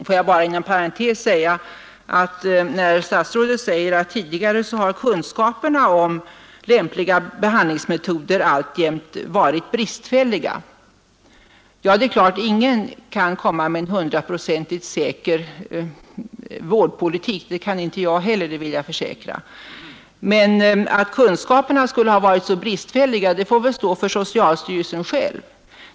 Får jag bara inom parentes säga, när statsrådet framhåller att tidigare har kunskaperna om lämpliga behandlingsmetoder varit bristfälliga, att det är klart att ingen kan utforma en 100-procentigt säker vårdpolitik. Det kan inte jag heller, det vill jag försäkra. Men att kunskaperna skulle ha varit så bristfälliga får väl stå för socialstyrelsen själv.